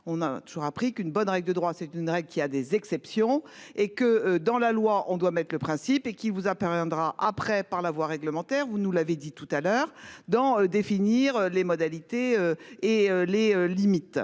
on a toujours appris qu'une bonne règle de droit, c'est une règle qui a des exceptions et que dans la loi, on doit mettre le principe et qui vous a permis drap après par la voie réglementaire, vous nous l'avez dit tout à l'heure d'en définir les modalités et les limites.